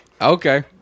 Okay